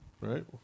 Right